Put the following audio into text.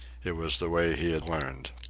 it was the way he had learned.